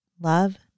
Love